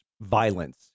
violence